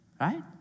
Right